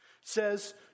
says